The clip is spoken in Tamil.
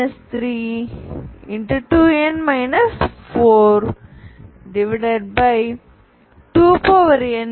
n 2